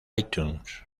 itunes